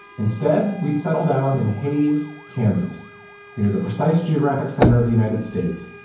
instead we'd settled down in hays kansas near the precise geographic center of the united states.